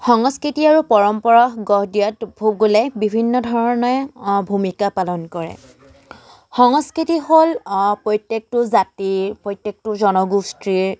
সংস্কৃতি আৰু পৰম্পৰা গঢ় দিয়াত ভূগোলে বিভিন্ন ধৰণে ভূমিকা পালন কৰে সংস্কৃতি হ'ল প্ৰত্যেকটো জাতিৰ প্ৰত্যেকটো জনগোষ্ঠীৰ